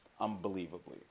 unbelievably